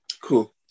Cool